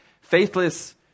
faithless